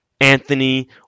Anthony